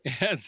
Yes